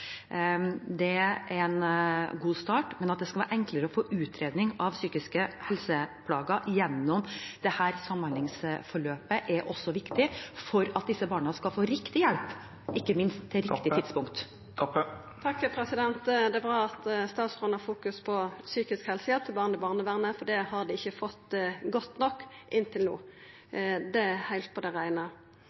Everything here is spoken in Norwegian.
er en god start. Men at det skal bli enklere å få utredning av psykiske helseplager gjennom dette samhandlingsforløpet, er også viktig for at disse barna skal få riktig hjelp, og ikke minst til riktig tidspunkt. Det er bra at statsråden er opptatt av psykisk helsehjelp til barn i barnevernet, for det har dei ikkje fått – godt nok – inntil no, det er heilt på det